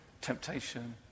temptation